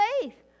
faith